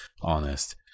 honest